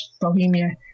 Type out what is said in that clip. Bohemia